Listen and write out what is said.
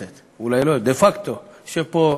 תשע"ד, ימלאו 20 שנה לפטירתו.